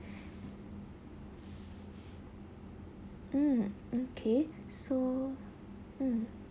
mm okay so mm